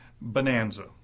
Bonanza